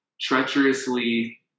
treacherously